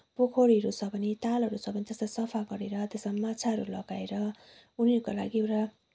पोखरीहरू छ भने तालहरू छ भने त्यसलाई सफा गरेर त्यसमा माछाहरू लगाएर उनीहरूको लागि एउटा